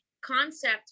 concept